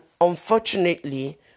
unfortunately